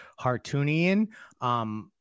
Hartunian